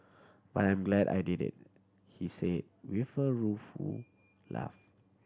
but I'm glad I did it he say with a rueful laugh